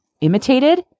imitated